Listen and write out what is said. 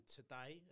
today